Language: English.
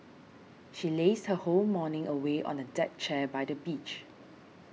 she lazed her whole morning away on a deck chair by the beach